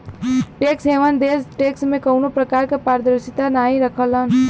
tax haven देश tax में कउनो प्रकार क पारदर्शिता नाहीं रखलन